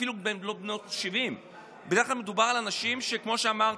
אפילו לא בני 70. בדרך כלל מדובר על אנשים שכמו שאמרתי,